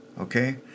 okay